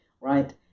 right